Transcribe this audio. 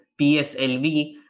PSLV